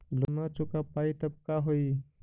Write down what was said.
Loan न चुका पाई तब का होई?